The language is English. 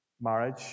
Marriage